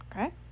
Okay